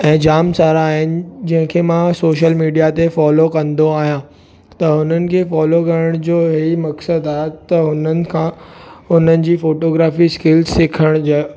ऐं जामु सारा आहिनि जंहिंखे मां सोशल मीडिया ते फॉलो कंदो आहियां त हुननि खे फॉलो करणु जो हे ई मक़सदु आहे त हुननि खां हुननि जी फोटोग्राफी स्किल सिखण जा